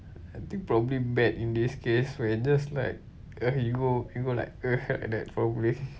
I think probably bad in this case where just like uh you go you go like uh like that probably